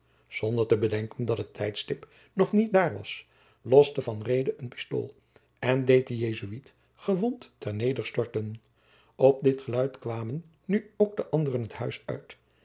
zonder te bedenken dat het tijdstip nog niet daar was loste van reede een pistool en deed den jesuit gewond ter neder storten op dit geluid kwamen nu ook de anderen het huis uit